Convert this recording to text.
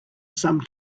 some